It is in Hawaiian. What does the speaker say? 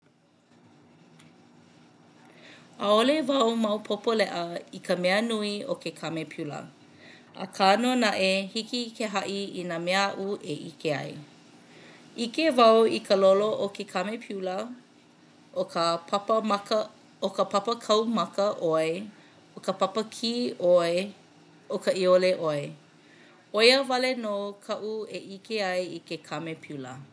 ʻAʻole wau maopopo leʻa i ka mea nui o ke kamepiula. Akā nō naʻe hiki ke haʻi i nā mea aʻu e ʻike ai. ʻIke wau i ka lolo o ke kamepiula, ʻo ka papamaka ʻo ka papakaumaka ʻoe, ʻo ka papa kī ʻoe, ʻo ka ʻiole ʻoe. ʻO ia wale nō kaʻu e ʻike ai i ke kamepiula.